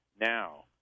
Now